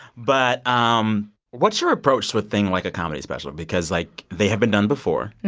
but um what's your approach to a thing like a comedy special because, like, they have been done before.